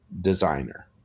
designer